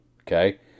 okay